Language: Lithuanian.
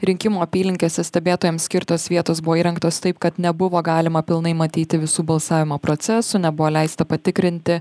rinkimų apylinkėse stebėtojams skirtos vietos buvo įrengtos taip kad nebuvo galima pilnai matyti visų balsavimo procesų nebuvo leista patikrinti